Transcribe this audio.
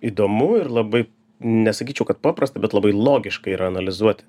įdomu ir labai nesakyčiau kad paprasta bet labai logiška yra analizuoti